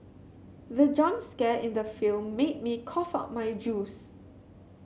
the jump scare in the film made me cough out my juice